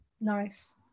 Nice